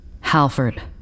Halford